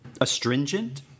astringent